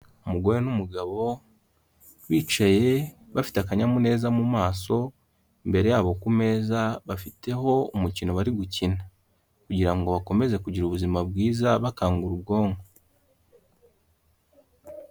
Umugore n'umugabo bicaye bafite akanyamuneza mu maso, imbere yabo ku meza bafiteho umukino bari gukina kugira ngo bakomeze kugira ubuzima bwiza, bakangura ubwonko.